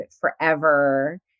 forever